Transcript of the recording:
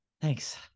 Thanks